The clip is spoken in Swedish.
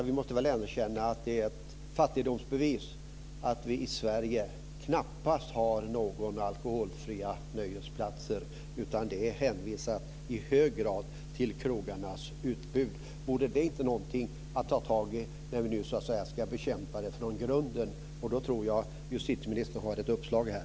Vi måste väl ändå känna att det är ett fattigdomsbevis att det i Sverige knappast finns några alkoholfria nöjesplatser. Det hänvisas i hög grad till krogarnas utbud. Vore inte det här någonting att ta tag i när vi nu ska bekämpa det här från grunden? Jag tror att justitieministern har ett uppslag här.